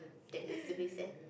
that needs to be sat